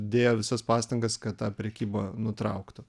dėjo visas pastangas kad tą prekybą nutrauktų